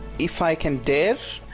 if i can dare,